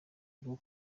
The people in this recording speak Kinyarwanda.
rwo